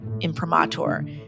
imprimatur